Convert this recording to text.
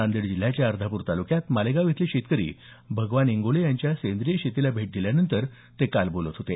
नांदेड जिल्ह्याच्या अर्धाप्र तालुक्यात मालेगाव इथले शेतकरी भगवान इंगोले यांच्या सेंद्रिय शेतीला भेट दिल्यानंतर ते काल बोलत होते